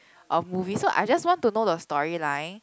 of movies so I just want to know the storyline